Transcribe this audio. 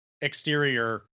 exterior